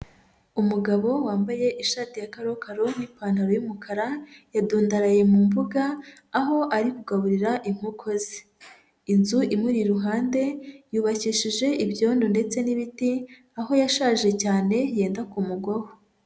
Umugabo wambaye ishati ya kakaro n'ipantaro y'umukara yadundaraye mu mbuga aho ari kugaburira inkoko ze. Inzu imuri iruhande yubakishije ibyondo ndetse n'ibiti aho yashaje cyane yenda kumugwaho.